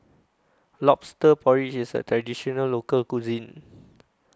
Lobster Porridge IS A Traditional Local Cuisine